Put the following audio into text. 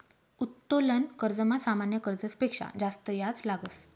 उत्तोलन कर्जमा सामान्य कर्जस पेक्शा जास्त याज लागस